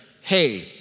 hey